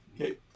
Okay